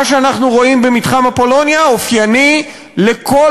מה שאנחנו רואים במתחם אפולוניה אופייני לכל